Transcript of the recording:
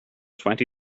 twenty